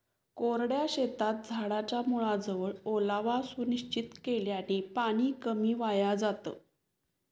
कोरड्या शेतात झाडाच्या मुळाजवळ ओलावा सुनिश्चित केल्याने पाणी कमी वाया जातं